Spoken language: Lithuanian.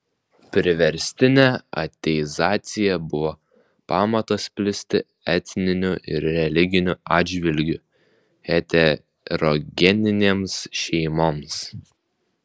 priverstinė ateizacija buvo pamatas plisti etniniu ir religiniu atžvilgiu heterogeninėms šeimoms